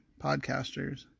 podcasters